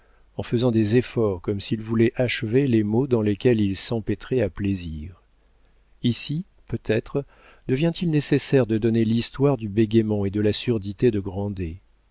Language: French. en faisant des efforts comme s'ils voulaient achever les mots dans lesquels il s'empêtrait à plaisir ici peut-être devient-il nécessaire de donner l'histoire du bégayement et de la surdité de